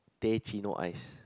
teh cino ice